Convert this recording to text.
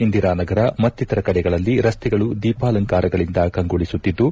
ಇಂದಿರಾನಗರ ಮತ್ತಿತರ ಕಡೆಗಳಲ್ಲಿ ರಸ್ತೆಗಳು ದೀಪಾಲಂಕಾರಗಳಿಂದ ಕಂಗೊಳಿಸುತ್ತಿದ್ದು